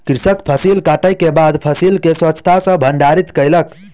कृषक फसिल कटै के बाद फसिल के स्वच्छता सॅ भंडारित कयलक